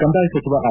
ಕಂದಾಯ ಸಚಿವ ಆರ್